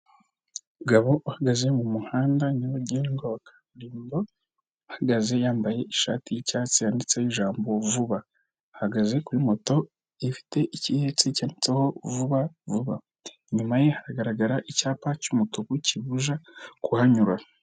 Umugabo uhagaze mu muhanda nyabagendwa wa kaburimbo uhagaze yambaye ishati yicyatsi yanditseho ijambo vuba, ahagaze kuri moto ifite icyo ihetsi cyanditseho vuba vuba inyuma ye hagaragara icyapa cy'umutuku kibuza kuhanyura.